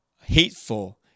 hateful